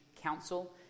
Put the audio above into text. council